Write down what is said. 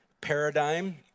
paradigm